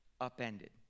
upended